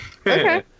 Okay